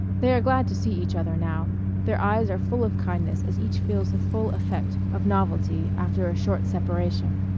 they are glad to see each other now their eyes are full of kindness as each feels the full effect of novelty after a short separation.